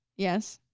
yes.